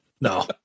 No